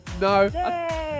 No